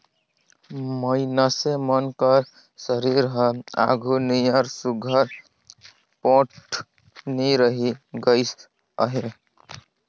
मइनसे मन कर सरीर हर आघु नियर सुग्घर पोठ नी रहि गइस अहे